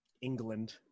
England